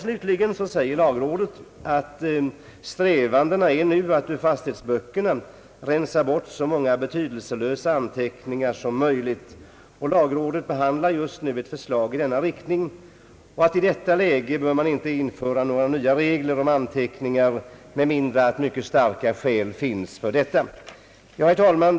Slutligen säger lagrådet att strävandena nu går ut på att ur fastighetsböckerna rensa bort så många betydelselösa anteckningar som möjligt. Lagrådet behandlar just nu ett förslag i denna riktning. I detta läge bör man enligt lagrådet inte införa nya regler om anteckningar med mindre starka skäl talar härför. Herr talman!